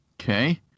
Okay